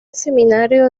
seminario